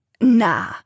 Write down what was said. Nah